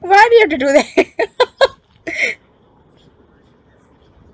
why do you have to do that